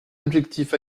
objectifs